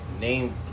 Name